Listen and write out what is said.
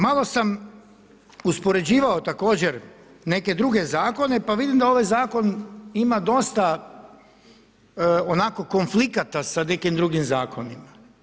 Malo sam uspoređivao također neke druge zakone pa vidim da ovaj zakon ima dosta onako konflikata sa nekim drugim zakonima.